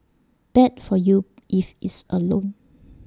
bad for you if it's A loan